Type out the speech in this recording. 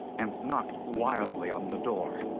and knocked wildly on the door.